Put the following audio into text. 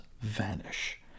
Vanish